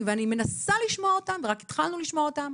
ואני מנסה לשמוע אותם ורק התחלנו לשמוע אותם.